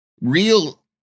real